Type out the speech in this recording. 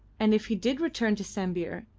and if he did return to sambir,